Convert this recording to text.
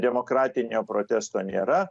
demokratinio protesto nėra